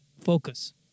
focus